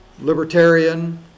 Libertarian